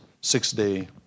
six-day